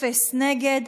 אפס נגד.